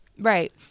Right